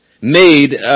Made